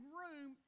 room